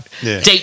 deep